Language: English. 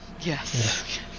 Yes